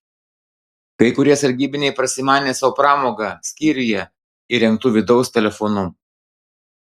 kai kurie sargybiniai prasimanė sau pramogą skyriuje įrengtu vidaus telefonu